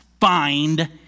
find